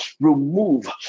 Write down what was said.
remove